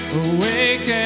awake